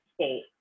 State